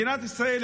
מדינת ישראל,